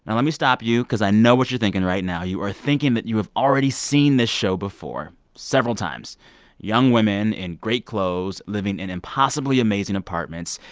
and let me stop you cause i know what you're thinking right now. you are thinking that you have already seen this show before, several times young women in great clothes, living in impossibly amazing apartments,